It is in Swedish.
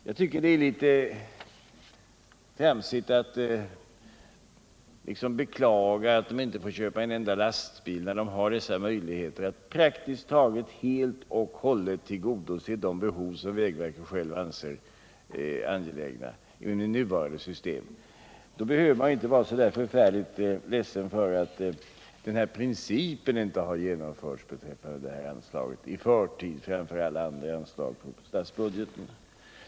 Jag tycker det är litet tramsigt att liksom beklaga att verket inte får köpa en enda lastbil när verket i nuvarande system har dessa möjligheter att praktiskt taget helt och hållet tillgodose de behov som verket självt anser angelägna. Därför behöver man inte vara så förfärligt ledsen över att den här principen inte har genomförts beträffande detta anslag i förtid, framför alla andra anslag på statsbudgeten.